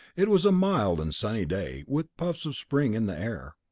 it was a mild and sunny day, with puffs of spring in the air.